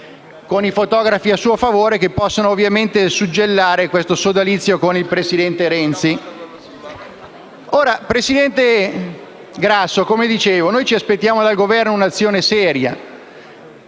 con i fotografi a suo favore, che possano ovviamente suggellare questo sodalizio con il presidente Renzi. Presidente Grasso, ci aspettiamo dal Governo un'azione seria,